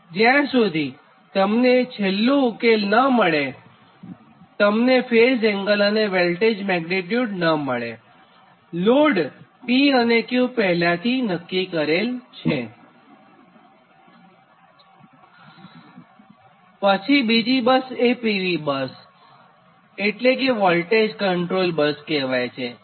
તેથી જ્યાં સુધી તમને છેલ્લું ઉકેલ ન મળેતમને ફેઝ એંગલ અને વોલ્ટેજ મેગ્નીટ્યુડ ન મળેજો કે લોડ P અને Q બંને પહેલાથી નક્કી કરેલ છે પછી બીજી બસ એ PV બસ એટલે કે વોલ્ટેજ કન્ટ્રોલ્ડ બસ કહેવાય છે